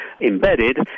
embedded